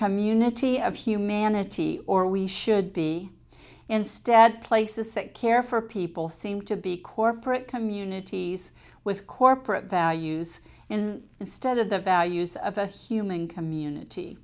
community of humanity or we should be instead places that care for people seem to be corporate communities with corporate values in instead of the values of the human community